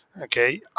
okay